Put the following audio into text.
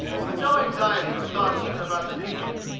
with no anxiety or thought even about the future,